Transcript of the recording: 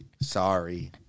Sorry